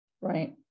right